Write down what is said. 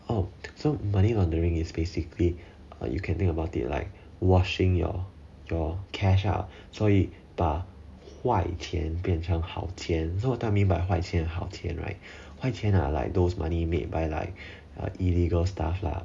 oh so money laundering is basically uh you can think about it like washing your your cash ah 所以把坏钱变成好钱 so what I mean by 坏钱好钱 right 坏钱 are like those money made by like uh illegal stuff lah